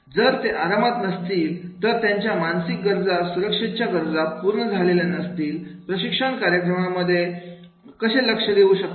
जर ते आरामात नसतील तर त्यांच्या मानसिक गरजा सुरक्षेच्या गरजा पूर्ण झालेल्या नसतीलप्रशिक्षण कार्यक्रमांमध्ये लक्ष कशी देऊ शकतील